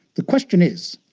the question is,